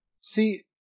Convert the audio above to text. See